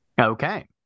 okay